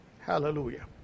Hallelujah